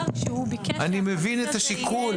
כשהוא ביקש --- אני מבין את השיקול.